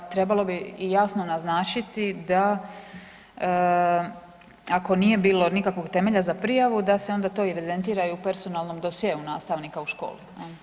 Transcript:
Trebalo bi i jasno naznačiti da, ako nije bilo nikakvog temelja za prijavu, da se to onda evidentira u personalnom dosjeu nastavnika u školi.